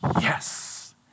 Yes